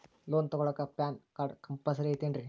Loan ತೊಗೊಳ್ಳಾಕ PAN card compulsory ಐಯ್ತೇನ್ರಿ?